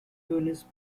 eunice